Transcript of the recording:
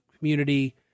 Community